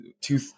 two